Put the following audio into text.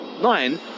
Nine